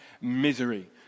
misery